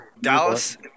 Dallas